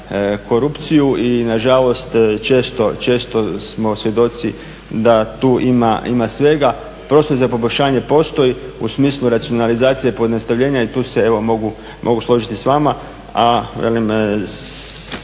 korupciju i nažalost često smo svjedoci da tu ima svega. Prostor za poboljšanje postoji u smislu racionalizacije i pojednostavljenja i tu se evo mogu složiti s vama.